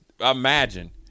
imagine